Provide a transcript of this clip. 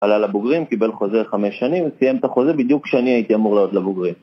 עלה לבוגרים, קיבל חוזה חמש שנים, סיים את החוזה בדיוק כשאני הייתי אמור לעלות לבוגרים